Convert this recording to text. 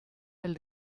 del